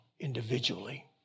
individually